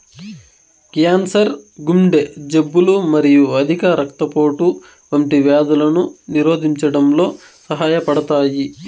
cancer, గుండె జబ్బులు మరియు అధిక రక్తపోటు వంటి వ్యాధులను నిరోధించడంలో సహాయపడతాయి